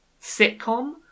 sitcom